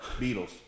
Beatles